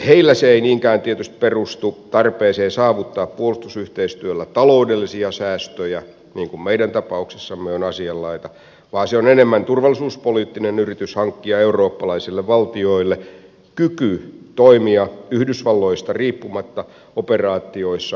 heillä se ei niinkään tietysti perustu tarpeeseen saavuttaa puolustusyhteistyöllä taloudellisia säästöjä niin kuin meidän tapauksessamme on asianlaita vaan se on enemmän turvallisuuspoliittinen yritys hankkia eurooppalaisille valtioille kyky toimia yhdysvalloista riippumatta operaatioissa euroopan ulkopuolella